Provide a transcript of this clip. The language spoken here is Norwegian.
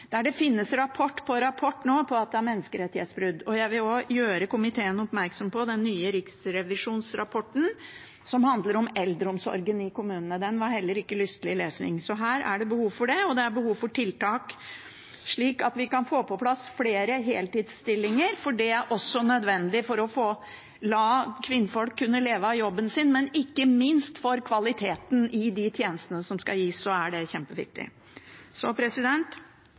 finnes det rapport på rapport nå om at det skjer menneskerettighetsbrudd. Jeg vil gjøre komiteen oppmerksom på den nye riksrevisjonsrapporten som handler om eldreomsorgen i kommunene. Den var heller ikke lystelig lesning. Her er det behov, og det er behov for tiltak, slik at vi kan få på plass flere heltidsstillinger. Det er også nødvendig for at kvinnfolk skal kunne leve av jobben sin, men ikke minst er det viktig for kvaliteten i de tjenestene som skal gis. Så